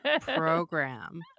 Program